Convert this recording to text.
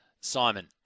Simon